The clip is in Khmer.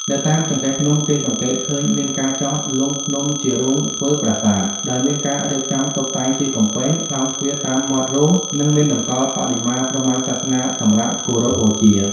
នៅតាមចង្កេះភ្នំ គេសង្កេតឃើញមានការចោះលុងភ្នំជារូងធ្វើប្រាសាទ ដោយមានការរៀបចំតុបតែងជាកំពែង ក្លោងទ្វារតាមមាត់រូង និងមានតម្កល់បដិមាព្រហ្មញ្ញសាសនាសម្រាប់គោរពបូជា។